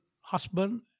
husband